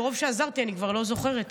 מרוב שעזרתי אני כבר לא זוכרת.